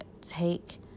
take